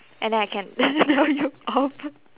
and then I can tell you off